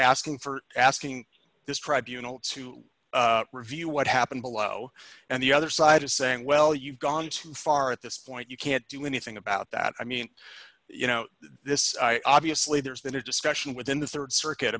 asking for asking this tribunal to review what happened below and the other side is saying well you've gone too far at this point you can't do anything about that i mean you know this obviously there's been a discussion within the rd circuit